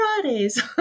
Fridays